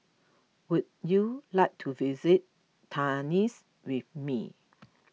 would you like to visit Tunis with me